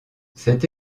cette